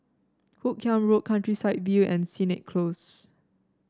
Hoot Kiam Road Countryside View and Sennett Close